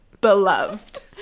beloved